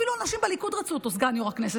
אפילו אנשים בליכוד רצו אותו סגן יו"ר הכנסת,